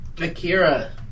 Akira